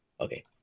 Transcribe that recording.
okay